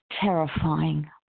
terrifying